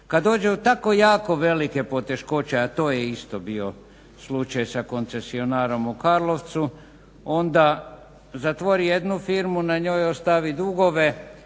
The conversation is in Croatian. Kad dođe u tako jako velike poteškoće, a to je isto bio slučaj sa koncesionarom u Karlovcu, onda zatvori jednu firmu, na njoj ostavi dugove